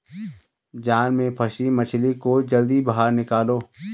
जाल में फसी मछली को जल्दी बाहर निकालो